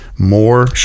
more